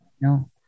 no